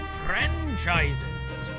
franchises